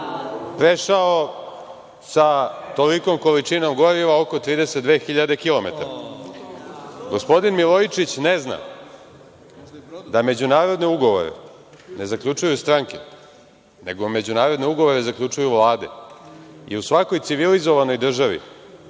prešao sa tolikom količinom goriva oko 32.000 kilometara. Gospodin Milojičić ne zna da međunarodne ugovore ne zaključuju stranke, nego međunarodne ugovore zaključuju vlade i u svakoj civilizovanoj državi,